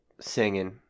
singing